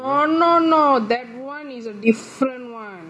no no no that one is a different one